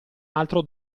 altro